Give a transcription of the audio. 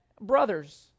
brothers